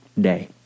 day